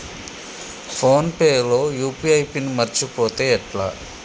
Phone pay లో UPI PIN మరచిపోతే ఎట్లా?